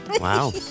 Wow